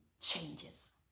changes